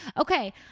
Okay